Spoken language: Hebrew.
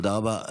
תודה רבה.